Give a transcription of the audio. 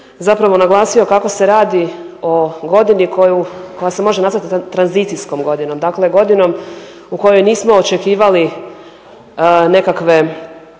zapravo naglasio kako se radi o godini koja se može nazvati tranzicijskom godinom, dakle godinom u kojoj nismo očekivali nekakve